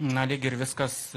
na lyg ir viskas